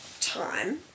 time